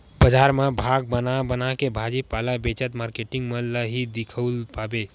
बजार म भाग बना बनाके भाजी पाला बेचत मारकेटिंग मन ल ही दिखउल पाबे